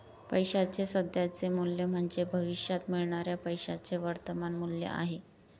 पैशाचे सध्याचे मूल्य म्हणजे भविष्यात मिळणाऱ्या पैशाचे वर्तमान मूल्य आहे